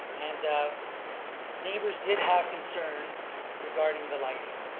and neighbors did have concern regarding the lighting.